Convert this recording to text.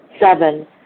Seven